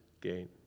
gain